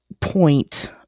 point